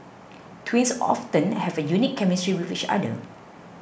twins often have a unique chemistry with each other